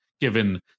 given